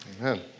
Amen